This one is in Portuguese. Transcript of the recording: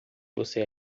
você